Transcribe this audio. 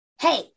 Hey